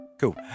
Cool